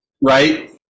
Right